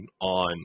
on